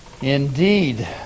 Indeed